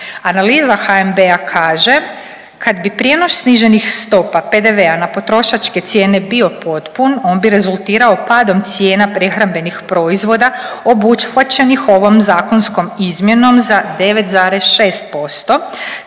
Analiza HNB-a kaže kad bi prijenos sniženih stopa PDV-a na potrošačke cijene bio potpun on bi rezultirao padom cijena prehrambenih proizvoda obuhvaćenih ovom zakonskom izmjenom za 9,6%,